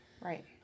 Right